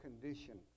condition